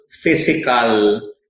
physical